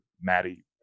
Maddie